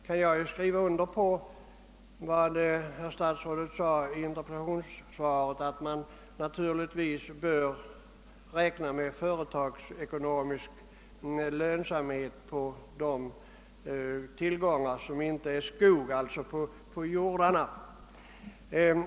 Jag kan ansluta mig till vad statsrådet sade i interpellationssvaret om att man naturligtvis bör räkna med företagsekonomisk lönsamhet för de tillgångar som inte är skog, d.v.s. för jordarna.